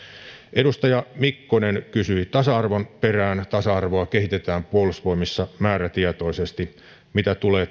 edustaja mikkonen kysyi tasa arvon perään tasa arvoa kehitetään puolustusvoimissa määrätietoisesti mitä tulee